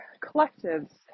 Collective's